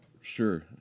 Sure